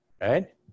right